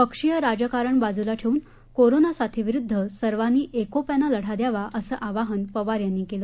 पक्षीय राजकारण बाजूला ठेवून कोरोना साथीविरुद्ध सर्वांनी एकोप्यानं लढा द्यावा असं आवाहन पवार यांनी केलं